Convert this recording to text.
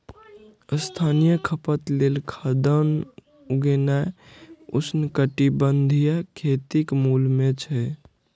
स्थानीय खपत लेल खाद्यान्न उगेनाय उष्णकटिबंधीय खेतीक मूल मे छै